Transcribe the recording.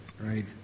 right